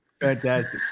Fantastic